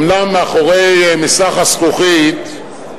אומנם מאחורי מסך הזכוכית,